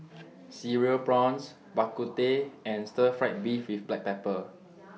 Cereal Prawns Bak Kut Teh and Stir Fried Beef with Black Pepper